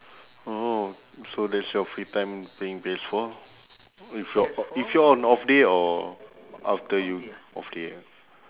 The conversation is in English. oh so that's your free time playing P_S four if y~ if you're on off day or after you off day ah